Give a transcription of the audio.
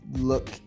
look